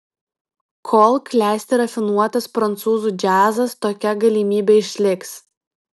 kol klesti rafinuotas prancūzų džiazas tokia galimybė išliks